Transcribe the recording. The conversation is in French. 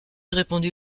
répondit